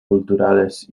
culturales